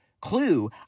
clue